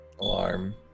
Alarm